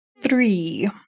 Three